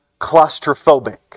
claustrophobic